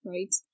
Right